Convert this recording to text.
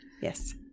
Yes